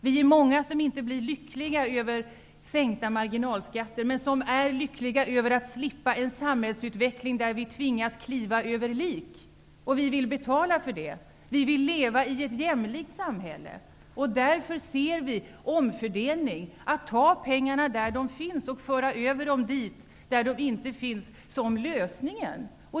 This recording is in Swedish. Vi är många som inte blir lyckliga över sänkta marginalskatter, men som är lyckliga över att slippa en samhällsutveckling där vi tvingas kliva över lik. Vi vill betala för det. Vi vill leva i ett jämlikt samhälle. Därför ser vi omfördelning, dvs. att ta pengarna där de finns och föra över dem dit där de inte finns, som lösningen.